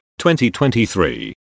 2023